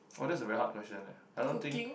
oh that's a very hard question leh I don't think